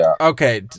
okay